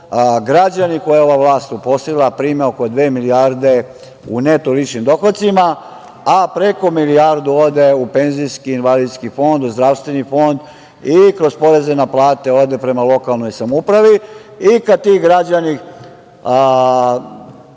građani koje je ova vlast uposlila prime oko dve milijarde u neto ličnim dohocima, a preko milijardu ode u penzijski i invalidski fond, u zdravstveni fond i kroz poreze na plate ode prema lokalnoj samoupravi. Kada ti građani,